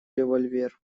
револьвер